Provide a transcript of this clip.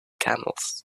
camels